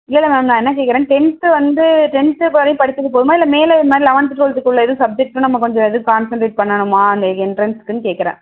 இல்லை இல்லை மேம் நான் என்ன கேட்கறேன் டென்த்து வந்து டென்த்து இப்போ வரையும் படிச்சது போதுமா இல்லை மேலே இது மாதிரி லெவன்த்து டுவல்த்துக்குள்ளே எதுவும் சப்ஜெக்ட்டுன்னு நம்ம கொஞ்சம் எதுவும் கான்சென்ட்ரேட் பண்ணனுமா அந்த என்ட்ரன்ஸ்க்குன்னு கேட்கறேன்